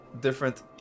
different